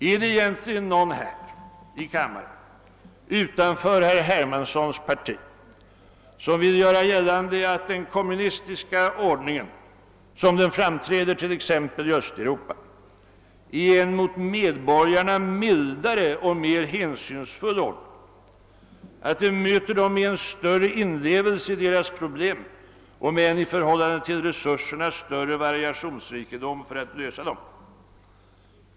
Är det egentligen någon i kammaren utanför herr Hermanssons parti som vill göra gällande att den kommunistiska ordningen, sådan den framträder t.ex. i Östeuropa, är en mot medborgarna mildare och mer hänsynsfull ordning, att den möter dem med en större inlevelse i deras förhållanden och med en i relation till resurserna större variationsrikedom för att lösa dem?